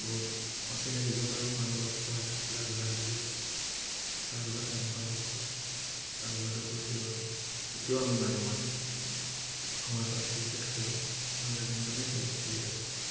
বহুত অচিনাকি জাগাৰো মানুহ লগ পোৱা যায় খেলা ধূলাৰ যোগেৰে খেলা ধূলা এটা এনেকুৱা বস্তু খেলা ধূলাটো কৰি থাকিব এতিয়াও আমি মাজে মাজে সময় পালে ক্ৰিকেট খেলোঁ নহ'লে বেডমিণ্টনে খেলোঁ খেলি থাকোঁ